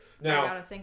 Now